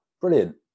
brilliant